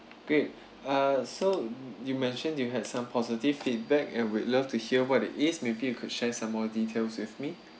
okay uh so you mentioned you had some positive feedback and we'd love to hear what it is maybe you could share some more details with me